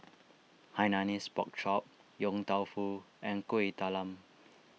Hainanese Pork Chop Yong Tau Foo and Kueh Talam